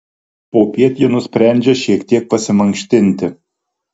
popiet ji nusprendžia šiek tiek pasimankštinti